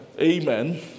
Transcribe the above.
Amen